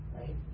right